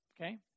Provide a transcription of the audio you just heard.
Okay